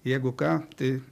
jeigu ką tai